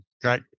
Great